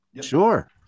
Sure